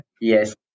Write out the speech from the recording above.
Yes